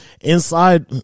inside